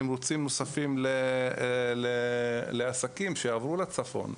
תמריצים נוספים לעסקים שעברו לצפון,